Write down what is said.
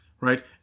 Right